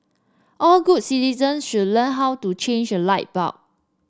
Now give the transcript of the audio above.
all good citizens should learn how to change a light bulb